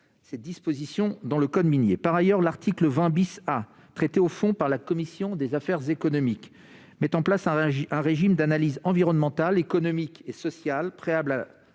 cette disposition dans le code minier. Par ailleurs, l'article 20 A, délégué au fond à la commission des affaires économiques, met en place un régime d'analyse environnementale, économique et sociale préalable à